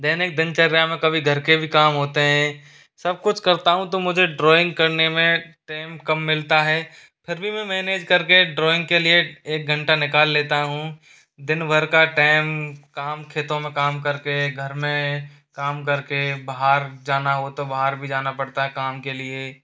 दैनिक दिनचर्या में कभी घर के भी काम होते हैं सब कुछ करता हूँ तो मुझे ड्राइंग करने में टाइम कब मिलता है फिर भी मैं मैनेज करके ड्राइंग के लिए एक घंटा निकाल लेता हूँ दिन भर का टाइम खेतों में काम करके घर में काम करके बाहर जाना हो तो बाहर भी जाना पड़ता है काम के लिए